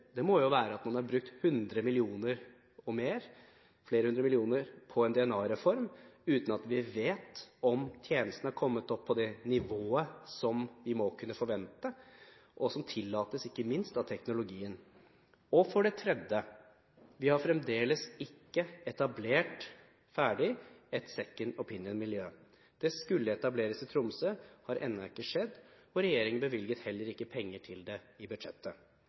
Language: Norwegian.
må jo være at man har brukt flere hundre millioner på en DNA-reform uten at vi vet om tjenestene har kommet opp på det nivået som vi må kunne forvente, og som tillates, ikke minst av teknologien. For det tredje har vi fremdeles ikke etablert ferdig et «second opinion»-miljø. Det skulle etableres i Tromsø, men det har ennå ikke skjedd, og regjeringen bevilget heller ikke penger til det i budsjettet.